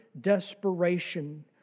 desperation